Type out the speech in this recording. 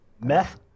Meth